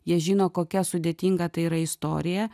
jie žino kokia sudėtinga tai yra istorija